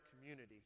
community